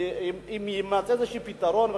יימצא פתרון כלשהו,